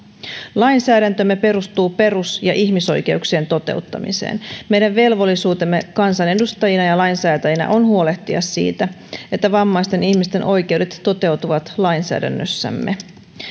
lainsäädäntömme perustuu perus ja ihmisoikeuksien toteuttamiseen meidän velvollisuutemme kansanedustajina ja ja lainsäätäjinä on huolehtia siitä että vammaisten ihmisten oikeudet toteutuvat lainsäädännössämme